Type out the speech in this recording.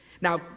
Now